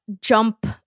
jump